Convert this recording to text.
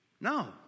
No